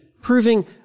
proving